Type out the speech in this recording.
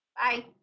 Bye